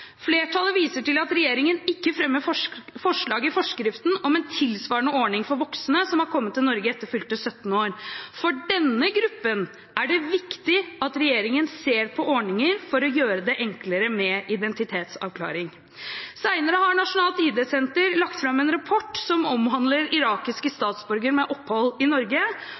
viser til at regjeringen ikke fremmer forslag i forskriften om en tilsvarende ordning for voksne som har kommet til Norge etter fylte 17 år. For denne gruppen er det viktig at regjeringen ser på ordninger for å gjøre det enklere med identitetsavklaring.» Senere har Nasjonalt ID-senter lagt fram en rapport som omhandler irakiske statsborgere med opphold i Norge,